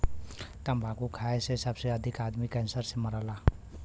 तम्बाकू खाए से सबसे अधिक आदमी कैंसर से मरला